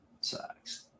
Sucks